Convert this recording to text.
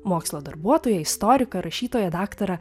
mokslo darbuotoją istoriką rašytoją daktarą